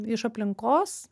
iš aplinkos